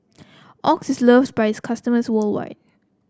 Oxy is loved by its customers worldwide